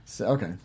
okay